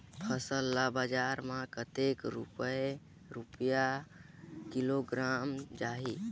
फसल ला बजार मां कतेक रुपिया किलोग्राम जाही?